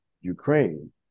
Ukraine